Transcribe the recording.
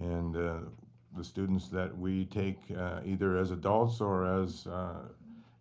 and the students that we take either as adults or as